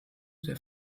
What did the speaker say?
der